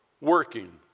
working